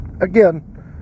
again